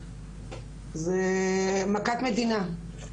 זה מכת מדינה.